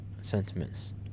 sentiments